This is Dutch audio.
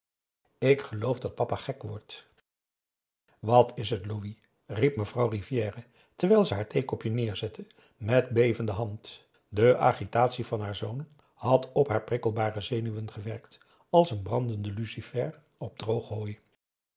ik geloof dat pa gek wordt wat is het louis riep mevrouw rivière terwijl ze haar theekopje neerzette met bevende hand de agitatie van haar zoon had op haar prikkelbare zenuwen gewerkt als een brandende lucifer op droog hooi